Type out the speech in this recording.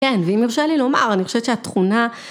‫כן, ואם יורשה לי לומר, ‫אני חושבת שהתכונה...